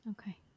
Okay